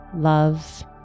love